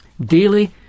Daily